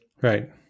Right